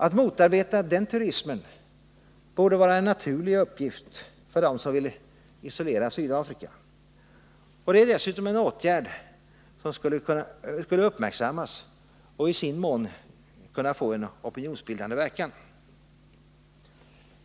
Att motarbeta den turismen borde vara en naturlig uppgift för dem som vill isolera Sydafrika, och det är dessutom en åtgärd som skulle uppmärksammas och i sin mån kunna få en opinionsbildande verkan.